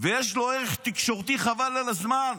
ויש לו ערך תקשורתי חבל על הזמן.